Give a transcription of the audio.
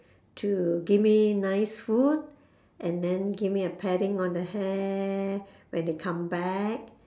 to give me nice food and then give me a patting on the hair when they come back